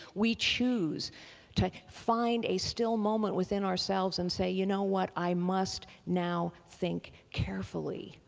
we choose to find a still moment within ourselves and say, you know what, i must now think carefully,